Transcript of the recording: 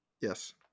Yes